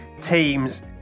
teams